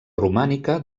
romànica